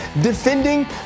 defending